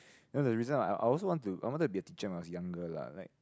then the reason I I also want to I wanted to be a teacher when I was younger lah like